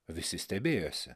visi stebėjosi